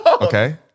Okay